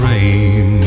Rain